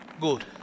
Good